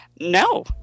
No